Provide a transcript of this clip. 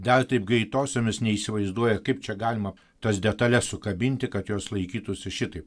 gal taip greitosiomis neįsivaizduoja kaip čia galima tas detales sukabinti kad jos laikytųsi šitaip